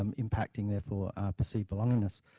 um impacting therefore ah perceived belongingness,